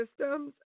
systems